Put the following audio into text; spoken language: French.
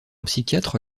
psychiatre